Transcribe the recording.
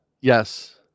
yes